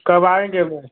कब आयेंगे वो